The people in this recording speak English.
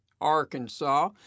Arkansas